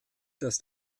dass